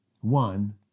one